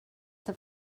have